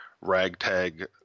ragtag